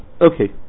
Okay